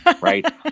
right